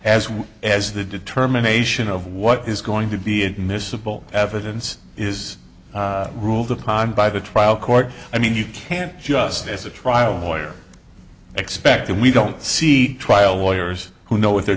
well as the determination of what is going to be admissible evidence is ruled upon by the trial court i mean you can't just as a trial lawyer expect and we don't see trial lawyers who know what they're